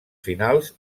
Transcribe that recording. finals